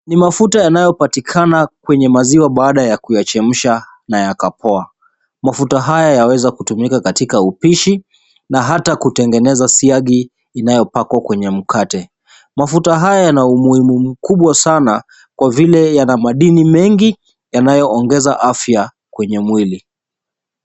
Ni mafuta yanaypatikana kwenye maziwa baada ya kuyachemsha na yakapoa. Mafuta haya yaweza kutumika katika upishi na hata kutengeneza siagi inayopakwa kwenye mkate. Mafuta haya yana umuhimu mkubwa sana kwa vile yana madini mengi yanayoongeza afya kwenye mwili.